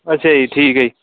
ਅੱਛਾ ਜੀ ਠੀਕ ਹੈ ਜੀ